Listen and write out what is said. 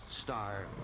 star